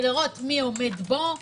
ולראות מי עומד בו?